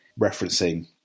referencing